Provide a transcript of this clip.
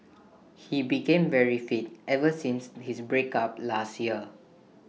he became very fit ever since his breakup last year